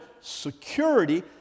security